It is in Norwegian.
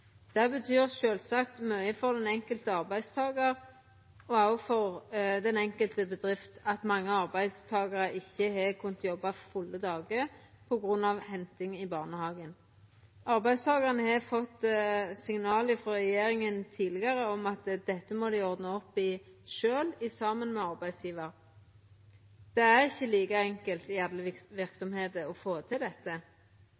Det betyr sjølvsagt mykje for den enkelte arbeidstakaren og òg for den enkelte bedrifta at mange arbeidstakarar ikkje har kunna jobba fulle dagar på grunn av henting i barnehagen. Arbeidstakarane har fått signal frå regjeringa tidlegare om at dette må dei ordna opp i sjølve, saman med arbeidsgjevaren, men det er ikkje like enkelt